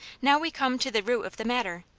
now we come to the root of the matter!